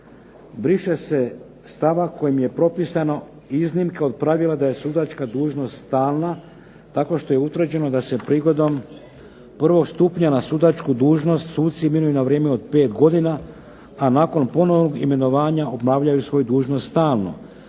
briše se stavak kojim je propisano iznimke od pravila da je sudačka dužnost stalna, tako što je utvrđeno da se prigodom prvog stupnja na sudačku dužnost suci imenuju na vrijeme od 5 godina, a nakon ponovnog imenovanja obavljaju svoju dužnost stalno.